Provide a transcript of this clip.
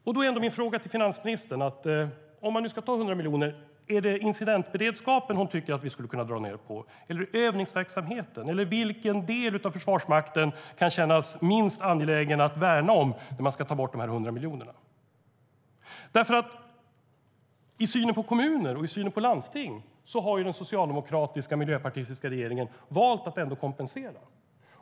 Om man nu ska ta bort 100 miljoner vill jag fråga finansministern: Är det incidentberedskapen finansministern tycker att vi kan dra ned på, eller är det övningsverksamheten? Vilken del av Försvarsmakten kan kännas minst angelägen att värna när man ska ta bort de 100 miljonerna? I synen på kommuner och landsting har den socialdemokratiska och miljöpartistiska regeringen valt att kompensera.